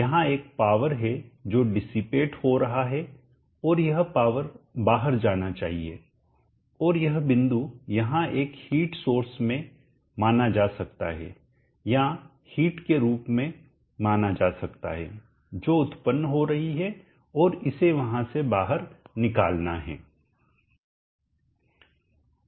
यहां एक पावर है जो डिसिपेट हो रहा है और यह पावर बाहर जाना चाहिए और यह बिंदु यहां एक हिट सोर्स में माना जा सकता है या हिट के रूप में माना जा सकता है जो उत्पन्न हो रही है और इसे वहां से बाहर निकलना है